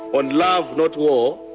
on love, not war,